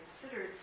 considered